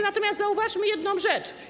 Natomiast zauważmy jedną rzecz.